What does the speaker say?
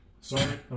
Sorry